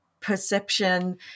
Perception